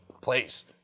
place